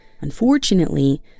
Unfortunately